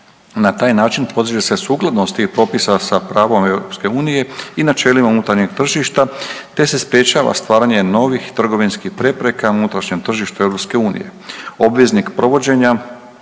Na taj način postiže se sukladnost tih propisa sa pravom EU inače je li unutarnjeg tržišta te se sprječava stvaranje novih trgovinskih prepreka u unutrašnjem tržištu EU. Obveznik provođenja